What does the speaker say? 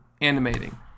animating